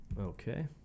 Okay